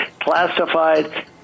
classified